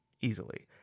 easily